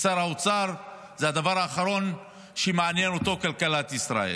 כי שר האוצר, כלכלת ישראל